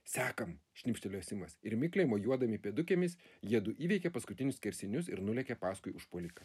sekam šnipštelėjo simas ir mikliai mojuodami pėdutėmis jiedu įveikė paskutinius skersinius ir nulėkė paskui užpuoliką